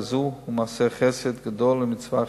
זו הם מעשה חסד גדול ומצווה חשובה.